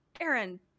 Aaron